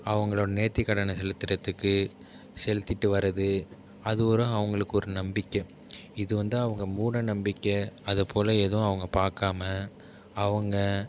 அவங்களோட நேத்திக் கடனை செலுத்துகிறதுக்கு செலுத்திட்டு வரது அது ஒரு அவங்களுக்கு ஒரு நம்பிக்கை இது வந்து அவங்க மூட நம்பிக்கை அதபோல் எதுவும் அவங்க பார்க்காம அவுங்க